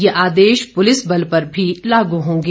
ये आदेश पुलिस बल पर भी लागू होंगे